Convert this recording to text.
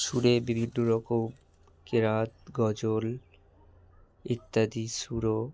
শুনে বিভিন্ন রকম কেরাত গজল ইত্যাদি সুরও